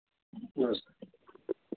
नमस्ते